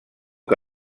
que